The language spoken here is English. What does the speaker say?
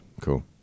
Cool